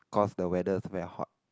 cause the weather is very hot